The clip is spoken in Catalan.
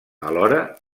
alhora